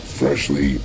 freshly